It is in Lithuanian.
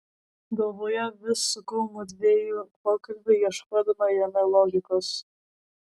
galvoje vis sukau mudviejų pokalbį ieškodama jame logikos